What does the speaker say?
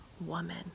woman